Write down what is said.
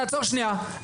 תעצור שנייה,